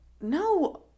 no